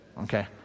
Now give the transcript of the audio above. Okay